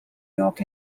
york